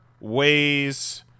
ways